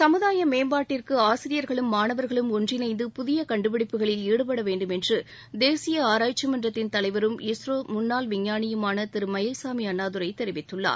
சமுதாய மேம்பாட்டிற்கு ஆசிரியர்களும் மாணவர்களும் ஒன்றிணைந்து புதிய கண்டுபிடிப்புகளில் ஈடுபட வேண்டும் என்று தேசிய ஆராய்ச்சி மன்றத்தின் தலைவரும் இஸ்ரோ முன்னாள் விஞ்ஞானியுமான திரு மயில்சாமி அண்ணாதுரை தெரிவித்திருக்கிறார்